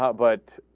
ah but